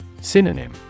Synonym